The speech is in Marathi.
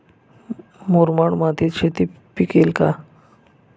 मुरमाड मातीत शेती पिकेल का?